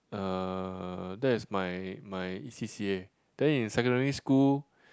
uh that is my my C_C_A then in secondary school